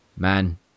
Man